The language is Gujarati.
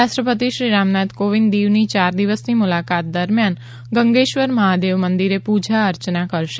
રાષ્ટ્રપતિ શ્રી રામનાથ કોવિંદ દીવની ચાર દિવસની મુલાકાત દરમિયાન ગંગેશ્વર મહાદેવ મંદિરે પૂજા અર્ચના કરશે